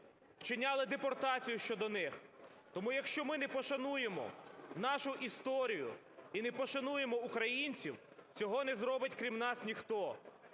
вчиняли депортацію щодо них. Тому, якщо ми не пошануємо нашу історію і не пошануємо українців, цього не зробить крім нас ніхто.